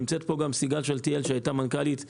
נמצאת פה גם סיגל שאלתיאל שהייתה מנכ"לית לפניי,